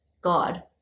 God